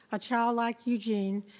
a child like eugene,